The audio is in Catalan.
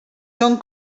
són